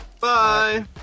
Bye